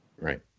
right